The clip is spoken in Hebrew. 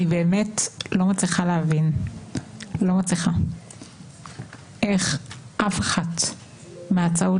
אני באמת לא מצליחה להבין איך אף אחת מההצעות